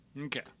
Okay